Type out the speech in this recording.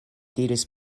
diris